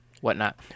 whatnot